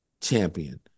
champion